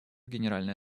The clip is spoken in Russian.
генеральной